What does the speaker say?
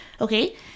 Okay